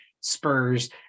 Spurs